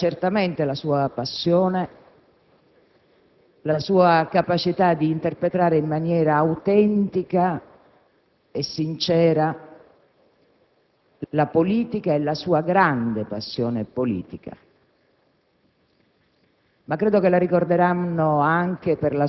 Chi l'ha conosciuta ricorda certamente la sua passione, la sua capacità di interpretare in maniera autentica e sincera la politica e la sua grande passione politica.